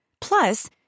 Plus